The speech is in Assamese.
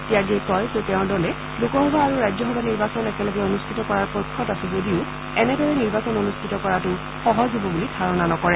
ত্যাগীয়ে কয় যে তেওঁৰ দলে লোকসভা আৰু ৰাজ্যসভা নিৰ্বাচন একেলগে অনুষ্ঠিত কৰাৰ পক্ষত আছে যদিও এনেদৰে নিৰ্বাচন অনুষ্ঠিত কৰাটো সহজ হব বুলি ধাৰণা নকৰে